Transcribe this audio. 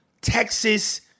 Texas